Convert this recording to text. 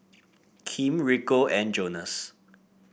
Kim Rico and Jonas